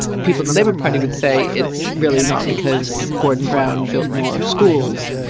people in the labour party would say it's really not because gordon brown built more schools,